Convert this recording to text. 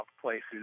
places